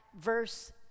verse